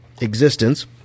existence